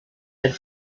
had